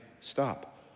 Stop